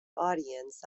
audience